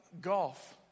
golf